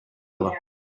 other